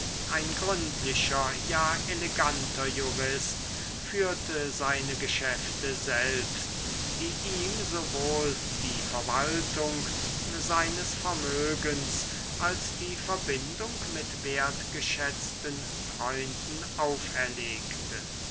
ein gründlicher ja eleganter jurist führte seine geschäfte selbst die ihm sowohl die verwaltung seines vermögens als die verbindung mit wertgeschätzten freunden auferlegte